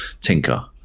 tinker